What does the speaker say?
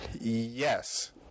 yes